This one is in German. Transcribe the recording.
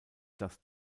das